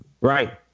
Right